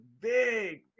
big